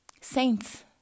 Saints